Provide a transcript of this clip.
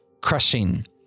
crushing